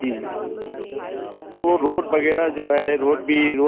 जी sir वह road वग़ैरह जो है रोड भी रो